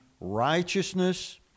righteousness